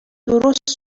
درست